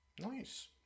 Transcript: Nice